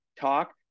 talk